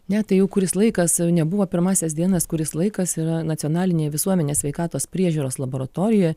ne tai jau kuris laikas nebuvo pirmąsias dienas kuris laikas yra nacionalinė visuomenės sveikatos priežiūros laboratorija